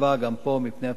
מפני פיקוח נפש,